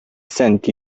sent